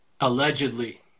allegedly